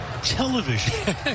Television